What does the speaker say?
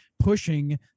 pushing